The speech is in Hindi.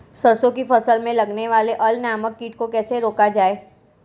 सरसों की फसल में लगने वाले अल नामक कीट को कैसे रोका जाए?